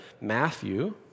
Matthew